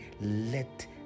let